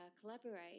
collaborate